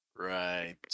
Right